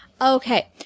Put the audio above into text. Okay